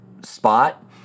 spot